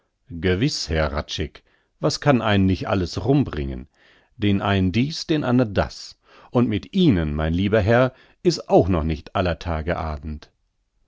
gewiß herr hradscheck was kann einen nich alles rumbringen den einen dies den andern das und mit ihnen mein lieber herr is auch noch nicht aller tage abend